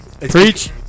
Preach